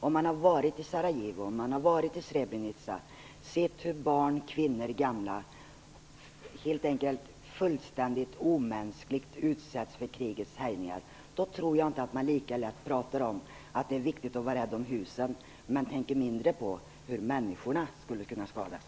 Om man har varit i Sarajevo, i Srebrenica, och sett hur barn, kvinnor och gamla fullständigt omänskligt utsätts för krigets härjningar, tror jag inte att man lika lätt pratar om att det är viktigt att vara rädd om husen och tänker mindre på hur människor skulle kunna skadas.